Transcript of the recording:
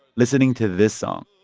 listening to this song,